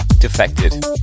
Defected